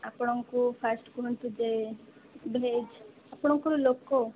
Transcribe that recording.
ଆପଣଙ୍କୁ ଫାଷ୍ଟ କୁହନ୍ତୁ ଯେ ଭେଜ୍ ଆପଣଙ୍କର ଲୋକ